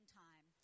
time